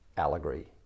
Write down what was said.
allegory